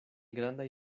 grandaj